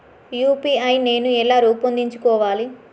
UPI నేను ఎలా రూపొందించుకోవాలి?